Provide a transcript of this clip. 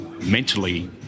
mentally